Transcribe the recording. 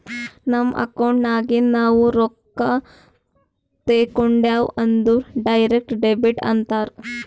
ನಮ್ ಅಕೌಂಟ್ ನಾಗಿಂದ್ ನಾವು ರೊಕ್ಕಾ ತೇಕೊಂಡ್ಯಾವ್ ಅಂದುರ್ ಡೈರೆಕ್ಟ್ ಡೆಬಿಟ್ ಅಂತಾರ್